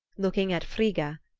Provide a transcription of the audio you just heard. looking at frigga,